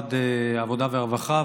במשרד העבודה והרווחה,